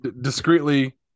discreetly